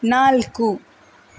ನಾಲ್ಕು